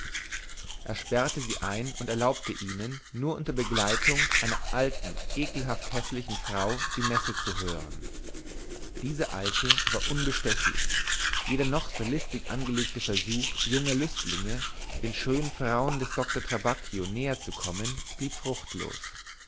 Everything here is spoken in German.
er sperrte sie ein und erlaubte ihnen nur unter begleitung einer alten ekelhaft häßlichen frau die messe zu hören diese alte war unbestechlich jeder noch so listig angelegte versuch junger lüstlinge den schönen frauen des doktor trabacchio näher zu kommen blieb fruchtlos